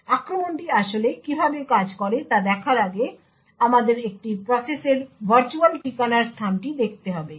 সুতরাং আক্রমণটি আসলে কীভাবে কাজ করে তা দেখার আগে আমাদের একটি প্রসেসের ভার্চুয়াল ঠিকানার স্থানটি দেখতে হবে